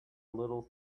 little